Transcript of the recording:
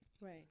Right